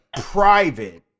private